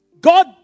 god